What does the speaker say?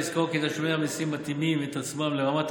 צריך לזכור כי תשלומי המיסים מתאימים את עצמם לרמת